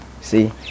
See